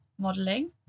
modeling